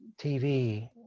tv